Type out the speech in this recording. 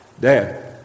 Dad